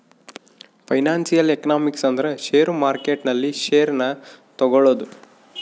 financial economics ಅಂದ್ರ share market ನಲ್ಲಿ share ನ ತಗೋಳೋದು